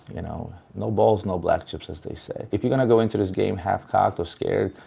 you know, no balls, no black chips, as they say. if you're gonna go into this game half-cocked or scared,